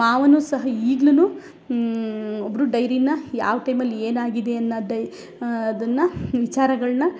ಮಾವನು ಸಹ ಈಗ್ಲು ಒಬ್ಬರು ಡೈರಿನ ಯಾವ ಟೈಮಲ್ಲಿ ಏನಾಗಿದೆ ಅನ್ನೋದ್ ಡೈ ಅದನ್ನು ವಿಚಾರಗಳನ್ನ